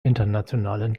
internationalen